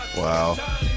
Wow